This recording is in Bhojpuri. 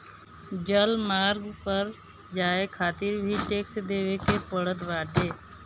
जलमार्ग पअ जाए खातिर भी टेक्स देवे के पड़त बाटे